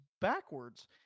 backwards